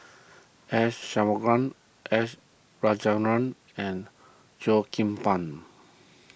S S Rajendran and Cheo Kim Ban